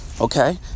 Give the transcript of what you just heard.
okay